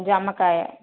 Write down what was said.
జామకాయ